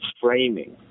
framing